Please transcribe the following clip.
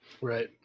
Right